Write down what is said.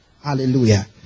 Hallelujah